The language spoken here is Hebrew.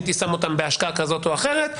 בהשקעה כזאת או אחרת,